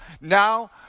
Now